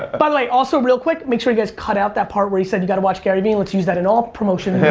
but like also real quick, make sure you guys cut out that part where he said, you gotta watch garyvee, and let's use that in all promotion